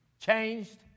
Changed